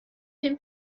pum